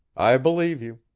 i believe you.